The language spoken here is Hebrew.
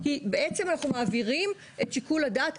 אני מבינה את ההערה שעלתה פה על הבניית שיקול הדעת.